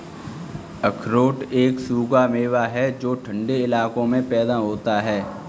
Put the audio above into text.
अखरोट एक सूखा मेवा है जो ठन्डे इलाकों में पैदा होता है